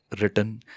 written